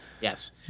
Yes